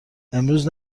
امروز